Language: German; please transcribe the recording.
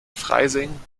freising